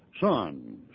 sons